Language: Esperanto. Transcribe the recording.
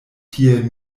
tiel